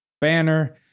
banner